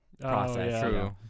process